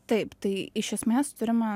taip tai iš esmės turime